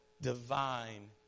divine